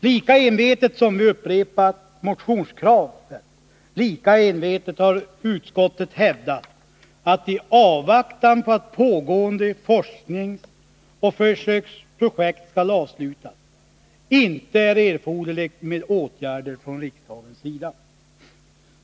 Lika envetet som vi upprepat motionskravet, lika envetet har dock utskottet hävdat att det ”i avvaktan på att pågående forskningsoch försöksprojekt skall avslutas, inte är erforderligt med åtgärder från riksdagens sida”.